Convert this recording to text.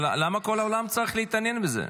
אבל למה כל העולם צריך להתעניין בזה?